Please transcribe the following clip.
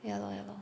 ya lor ya lor